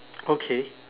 okay